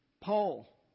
Paul